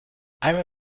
einmal